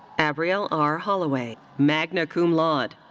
abrielle r. holloway, magna cum laude.